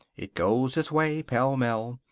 it goes its way, pell-mell.